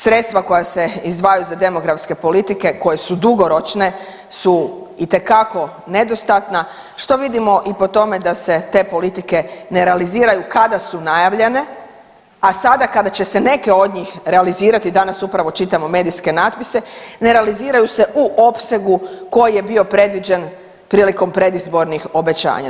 Sredstva koja se izdvajaju za demografske politike koje su dugoročne su itekako nedostatna, što vidimo i po tome da se te politike ne realiziraju kada su najavljene, a sada kada će se neke od njih realizirati, danas upravo čitamo medijske natpise, ne realiziraju se u opsegu koji je bio predviđen prilikom predizbornih obećanja.